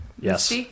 yes